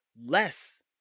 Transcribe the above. less